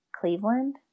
Cleveland